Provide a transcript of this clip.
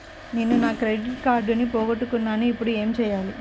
నేను నా క్రెడిట్ కార్డును పోగొట్టుకున్నాను ఇపుడు ఏం చేయాలి?